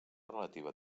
relativa